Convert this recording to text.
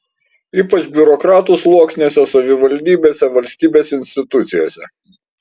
ypač biurokratų sluoksniuose savivaldybėse valstybės institucijose